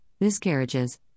miscarriages